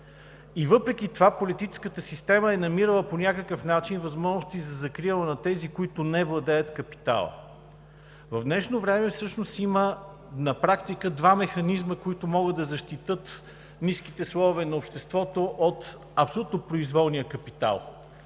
И въпреки това политическата система е намирала по някакъв начин възможности за закрила на тези, които не владеят капитала. В днешно време на практика има два механизма, които могат да защитят ниските слоеве на обществото от абсолютно произволния капитал.